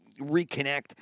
reconnect